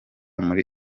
muri